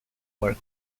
were